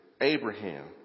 Abraham